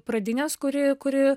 pradinės kuri kuri